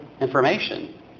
information